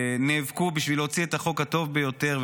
נאבקו בשביל להוציא את החוק הטוב ביותר,